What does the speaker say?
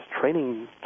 training